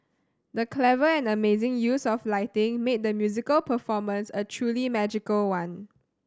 the clever and amazing use of lighting made the musical performance a truly magical one